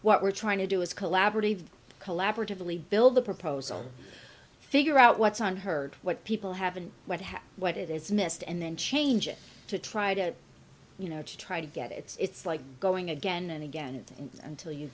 what we're trying to do is collaborative collaboratively build the proposal figure out what's on heard what people have and what have what it is missed and then change it to try to you know to try to get it's like going again and again until you